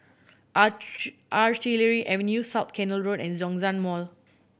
Artillery Avenue South Canal Road and Zhongshan Mall